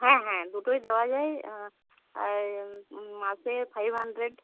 হ্যাঁ হ্যাঁ দুটোই দেওয়া যায় আর মাসে ফাইভ হান্ড্রেড